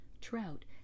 trout